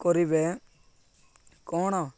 କରିବେ କ'ଣ